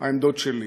העמדות שלי.